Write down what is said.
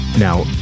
Now